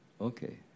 okay